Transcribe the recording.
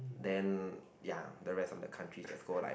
then ya the rest of the countries just go like